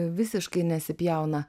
visiškai nesipjauna